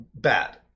bad